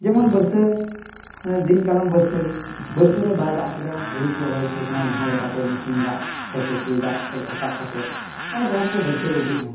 ᱡᱮᱢᱚᱱ ᱵᱟᱹᱨᱥᱟᱹ ᱫᱤᱱ ᱠᱟᱞᱚᱢ ᱵᱟᱹᱨᱥᱟᱹᱜᱮ ᱵᱟᱹᱨᱥᱟᱹ ᱨᱮ ᱵᱟᱭ ᱫᱟᱜ ᱠᱟᱫᱟ ᱦᱩᱲᱩ ᱠᱚ ᱨᱚᱦᱚᱭ ᱥᱟᱹᱛ ᱮᱱᱟ ᱡᱟᱦᱟᱸ ᱞᱮᱠᱟᱛᱮ ᱢᱮᱥᱤᱱ ᱫᱟᱜ ᱥᱮ ᱯᱩᱠᱷᱨᱤ ᱫᱟᱜ ᱠᱷᱚᱱ ᱨᱟᱠᱟᱵ ᱠᱟᱛᱮ ᱟᱨ ᱛᱟᱭᱚᱢ ᱛᱮ ᱵᱟᱹᱨᱥᱟᱹ ᱩᱰᱩᱠ ᱮᱱᱟ